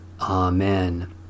Amen